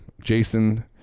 Jason